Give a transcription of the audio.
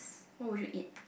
what would you eat